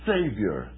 Savior